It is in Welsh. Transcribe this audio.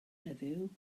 heddiw